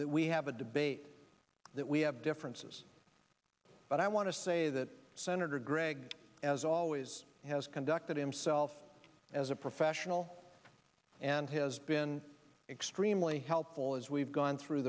we have a debate that we have differences but i want to say that senator gregg as always has conducted himself as a professional and has been extremely helpful as we've gone through